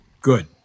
Good